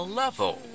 level